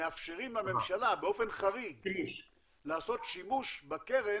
מאפשרים לממשלה באופן חריג לעשות שימוש בקרן,